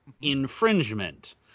infringement